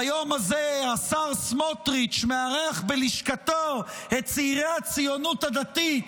ביום הזה השר סמוטריץ' מארח בלשכתו את צעירי הציונות הדתית,